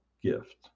gift